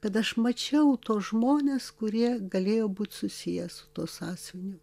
kad aš mačiau tuos žmones kurie galėjo būt susiję su tuo sąsiuviniu